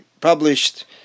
published